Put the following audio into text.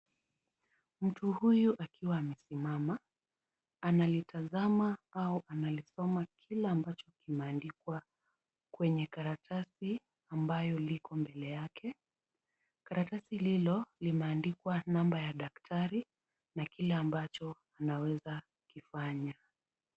Mtu huyu akiwa amesimama, analitazama au analisoma kile ambacho kimeandikwa, kwenye karatasi ambayo liko mbele yake. Karatasi lilo limeandikwa number ya daktari, na kile ambacho anaweza kifanya.